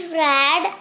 red